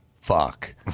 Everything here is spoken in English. fuck